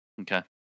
Okay